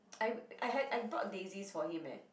I I had I brought daisies for him eh